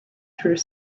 through